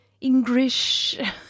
English